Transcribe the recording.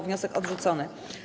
Wniosek odrzucony.